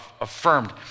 affirmed